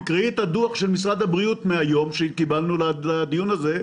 תקראי את הדוח של משרד הבריאות שקיבלנו לדיון הזה,